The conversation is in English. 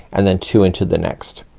and then two into the next.